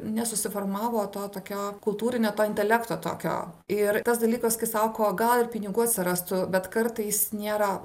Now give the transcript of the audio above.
nesusiformavo to tokio kultūrinio to intelekto tokio ir tas dalykas kai sako gal ir pinigų atsirastų bet kartais nėra